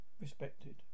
Respected